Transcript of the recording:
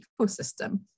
ecosystem